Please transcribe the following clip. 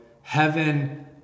heaven